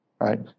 Right